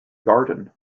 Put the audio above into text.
garden